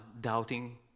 doubting